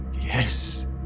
Yes